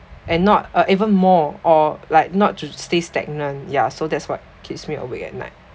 and not or even more or like not just stay stagnant yeah so that's what keeps me awake at night